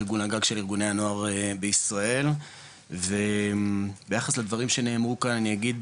ארגון הגג של ארגוני הנוער בישראל וביחס לדברים שנאמרו כאן אני אגיד